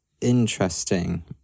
interesting